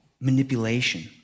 manipulation